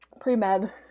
pre-med